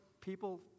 people